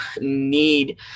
need